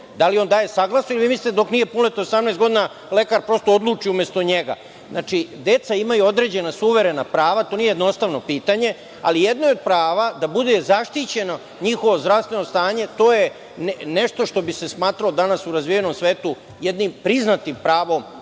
Da li on daje saglasnost ili vi mislite, dok nije punoletan, do 18 godina da lekar prosto odluči umesto njega? Znači, deca, imaju određena suverena prava i to nije jednostavno pitanje, ali jedno je pravo da bude zaštićeno njihovo zdravstveno stanje i to je nešto što bi se smatralo danas u razvijenom svetu jednim priznatim pravom